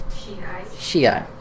Shia